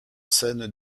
scène